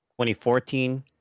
2014